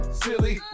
silly